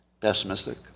Pessimistic